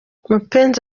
mupenzi